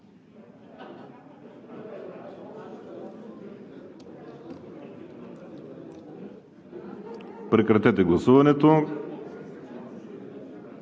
Прекратете гласуването